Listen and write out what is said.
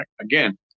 again